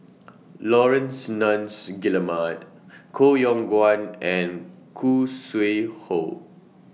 Laurence Nunns Guillemard Koh Yong Guan and Khoo Sui Hoe